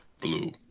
Blue